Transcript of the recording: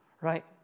Right